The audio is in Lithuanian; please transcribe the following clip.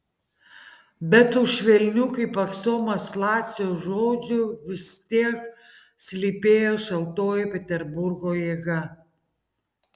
bet už švelnių kaip aksomas lacio žodžių vis tiek slypėjo šaltoji peterburgo jėga